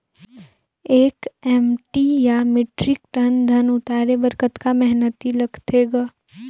एक एम.टी या metric ton धन उतारे बर कतका मेहनती लगथे ग?